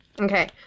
Okay